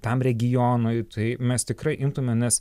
tam regionui tai mes tikrai imtume nes